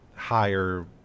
higher